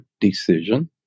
decision